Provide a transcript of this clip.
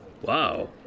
Wow